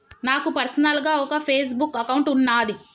నాకు పర్సనల్ గా ఒక ఫేస్ బుక్ అకౌంట్ వున్నాది